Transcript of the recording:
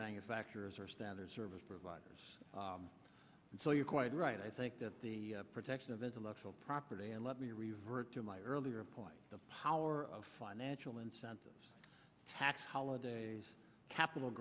manufacturers or standard service providers and so you're quite right i think that the protection of intellectual property and let me revert to my earlier point the power of financial incentives tax holidays capital